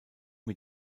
mit